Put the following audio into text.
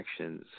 actions